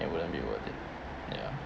it wouldn't be worth it ya